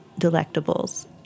delectables